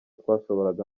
twashoboraga